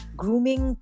grooming